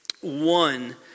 one